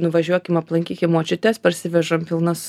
nuvažiuokim aplankykim močiutes parsivežam pilnas